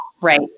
right